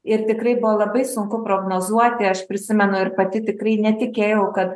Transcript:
ir tikrai buvo labai sunku prognozuoti aš prisimenu ir pati tikrai netikėjau kad